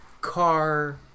car